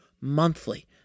monthly